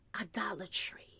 idolatry